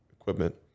equipment